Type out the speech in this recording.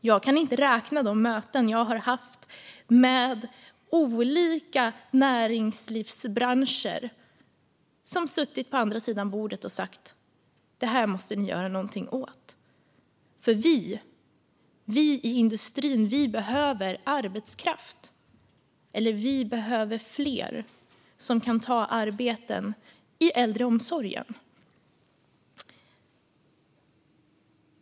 Jag kan inte räkna de möten jag har haft med representanter för olika näringslivsbranscher som har suttit på andra sidan bordet och sagt: Det här måste ni göra någonting åt. Vi i industrin behöver arbetskraft. Vi behöver fler som kan ta arbeten i äldreomsorgen.